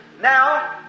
Now